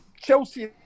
Chelsea